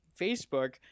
Facebook